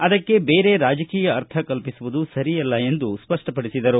ಅದಕ್ಕೆ ಬೇರೆ ಬೇರೆ ರಾಜಕೀಯ ಅರ್ಥ ಕಲ್ಪಿಸುವುದು ಸರಿಯಲ್ಲ ಎಂದು ಸ್ವಪ್ಪಪಡಿಸಿದರು